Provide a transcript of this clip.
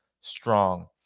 strong